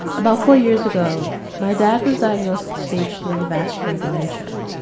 about four years ago, my dad was diagnosed with stage three vascular dementia.